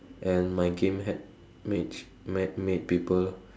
and my game had mage mad made people